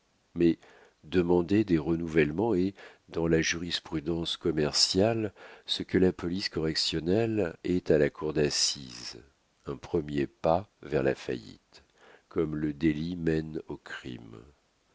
mais demander des renouvellements est dans la jurisprudence commerciale ce que la police correctionnelle est à la cour d'assises un premier pas vers la faillite comme le délit mène au crime